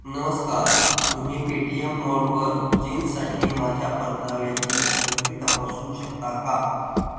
नमस्कार तुम्ही पेटीएम मॉलवर जीन्ससाठी माझ्या परताव्याची प्रगती तपासू शकता का